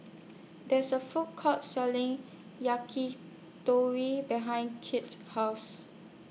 There IS A Food Court Selling Yakitori behind Kirt's House